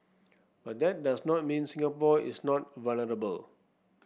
but that does not mean Singapore is not vulnerable